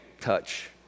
touch